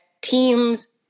teams